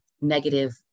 negative